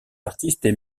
artistes